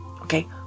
Okay